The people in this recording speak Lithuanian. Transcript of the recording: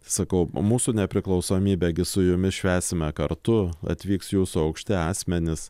sakau mūsų nepriklausomybė gi su jumis švęsime kartu atvyks jūsų aukšti asmenys